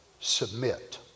submit